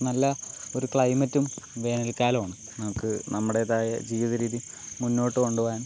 നല്ല ഒരു ക്ലൈമറ്റും വേനൽക്കാലമാണ് നമുക്ക് നമ്മുടേതായ ജീവിത രീതി മുന്നോട്ടു കൊണ്ടുപോവാൻ